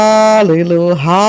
Hallelujah